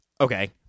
Okay